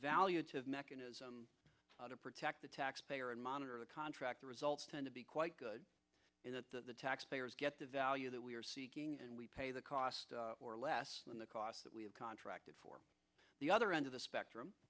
evaluative mechanism to protect the taxpayer and monitor the contractor results tend to be quite good in that the taxpayers get the value that we are seeking and we pay the cost or less than the cost that we have contracted for the other end of the spectrum